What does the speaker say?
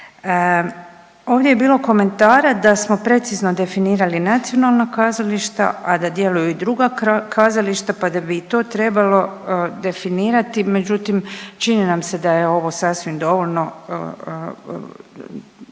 Ovdje je bilo komentara da smo precizno definirali nacionalna kazališta, a da djeluju i druga kazališta pa da bi i to trebalo definirati, međutim, čini nam se da je ovo sasvim dovoljno,